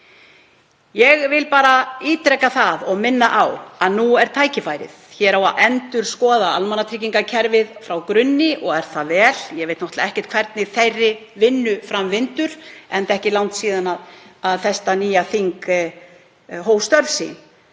Ég vil bara ítreka það og minna á að nú er tækifærið. Hér á að endurskoða almannatryggingakerfið frá grunni og er það vel. Ég veit náttúrlega ekkert hvernig þeirri vinnu vindur fram enda ekki langt síðan þetta nýja þing hóf störf.